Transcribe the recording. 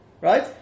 Right